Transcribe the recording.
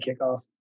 kickoff